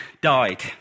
died